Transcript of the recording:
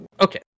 okay